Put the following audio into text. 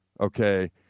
okay